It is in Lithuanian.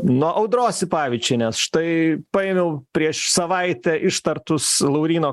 nuo audros sipavičienės štai paėmiau prieš savaitę ištartus lauryno